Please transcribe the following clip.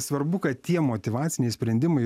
svarbu kad tie motyvaciniai sprendimai